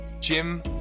Jim